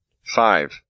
Five